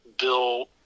Bill